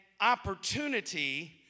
opportunity